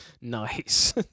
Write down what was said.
Nice